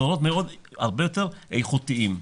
דורות הרבה יותר איכותיים.